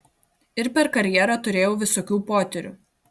ir per karjerą turėjau visokių potyrių